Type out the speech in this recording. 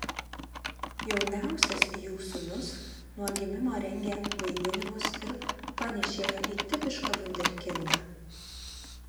jauniausias jų sūnus nuo gimimo rengė vaidinimus ir panėšėjo į tipišką vunderkindą